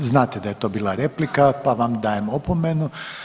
Da, znate da je to bila replika pa vam dajem opomenu.